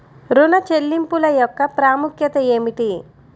ఋణ చెల్లింపుల యొక్క ప్రాముఖ్యత ఏమిటీ?